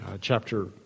chapter